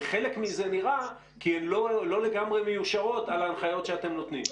וחלק מזה נראה כי הן לא לגמרי מיושרות על ההנחיות שאתם נותנים.